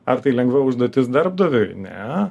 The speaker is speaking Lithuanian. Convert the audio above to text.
ar tai lengva užduotis darbdaviui ne